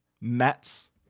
Mets